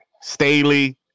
Staley